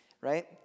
right